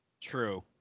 True